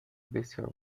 بسیار